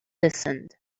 listened